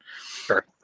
Sure